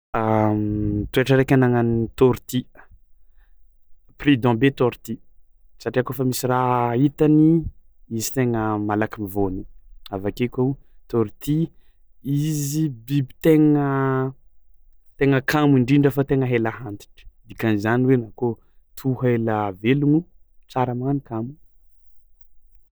Toetra araiky anagnan'ny taorty, prudent be taorty satria koa afa misy raha hitany, izy tegna malaky mivôny avake koa izy biby tegna kamo indrindra fa tegna haila hantitry dikan'izany hoe anao koa tiho haila velognoo tsara magnano kamo.